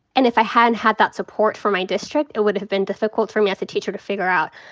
and if i hadn't had that support for my district it would have been difficult for me as a teacher to figure out,